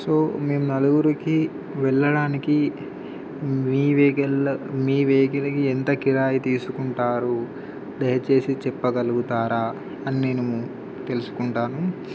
so మేము నలుగురికి వెళ్ళడానికి మీ వెహికిల్లో మీ వెహికిల్కి ఎంత కిరాయి తీసుకుంటారు దయచేసి చెప్పగలుగుతారా అని నేను తెలుసుకుంటాను